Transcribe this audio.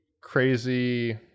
crazy